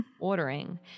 ordering